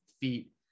feet